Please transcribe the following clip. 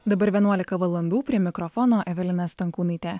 dabar vienuolika valandų prie mikrofono evelina stankūnaitė